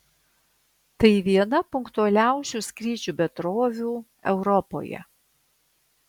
tai viena punktualiausių skrydžių bendrovių europoje